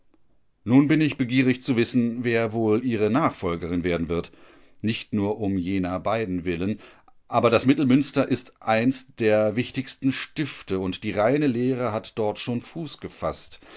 nun bin ich begierig zu wissen wer wohl ihre nachfolgerin werden wird nicht nur um jener beiden willen aber das mittelmünster ist eins der wichtigsten stifte und die reine lehre hat dort schon fuß gefaßt